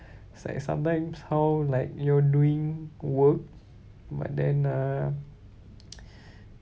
it's like sometimes how like you're doing work but then uh